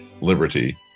liberty